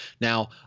Now